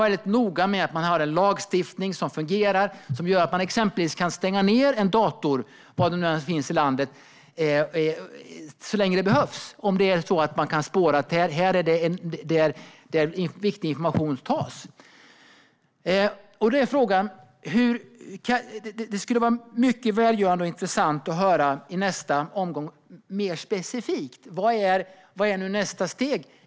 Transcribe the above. Man är också noga med att man har en lagstiftning som fungerar och som gör att man exempelvis kan stänga ned en dator - var den än finns i landet - så länge det behövs om man kan spåra att viktig information tas därifrån. Det skulle vara mycket välgörande och intressant att i nästa inlägg få höra mer specifikt vad som är nästa steg.